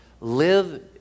live